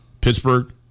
Pittsburgh